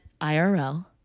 IRL